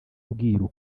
ubwiru